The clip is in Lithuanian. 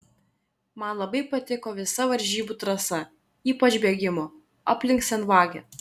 man labai patiko visa varžybų trasa ypač bėgimo aplink senvagę